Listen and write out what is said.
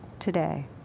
today